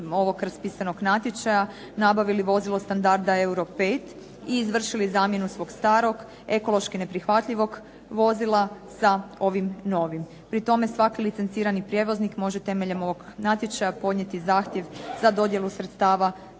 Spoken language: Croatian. ovog raspisanog natječaja nabavili vozilo standarda euro 5 i izvršili zamjenu svog starog ekološki neprihvatljivog vozila sa ovim novim. Pri tome svaki licencirani prijevoznik može temeljem ovog natječaja podnijeti zahtjev za dodjelu sredstava